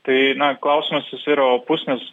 tai na klausimas jisai yra opus nes